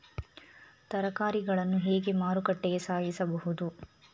ತರಕಾರಿಗಳನ್ನು ಹೇಗೆ ಮಾರುಕಟ್ಟೆಗೆ ಸಾಗಿಸಬಹುದು?